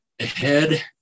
ahead